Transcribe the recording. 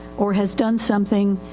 or has done something,